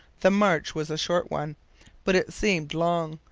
the march was a short one but it seemed long,